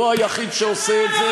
הוא לא היחיד שעושה את זה,